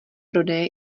prodeje